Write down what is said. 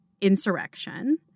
insurrection